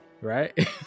Right